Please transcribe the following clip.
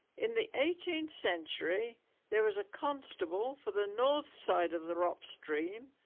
in the eighteenth century there was a constable for the north side of the rop stream.